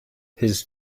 his